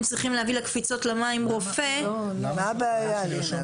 מה הבעיה, לינא?